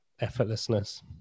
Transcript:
effortlessness